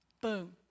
Boom